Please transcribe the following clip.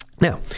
Now